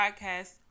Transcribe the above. podcast